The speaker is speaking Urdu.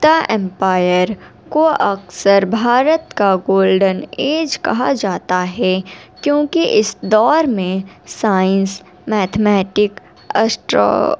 گپتا ایمپائر کو اکثر بھارت کا گولڈن ایج کہا جاتا ہے کیوںکہ اس دور میں سائنس میتھمیٹک اسٹرا